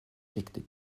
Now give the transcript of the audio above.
riktig